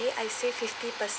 I save fifty per cent